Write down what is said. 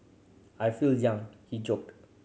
I feel young he joked